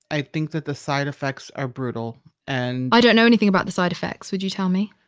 i think that the side effects are brutal, and i don't know anything about the side effects. would you tell me?